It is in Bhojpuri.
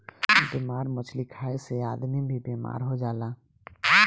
बेमार मछली खाए से आदमी भी बेमार हो जाला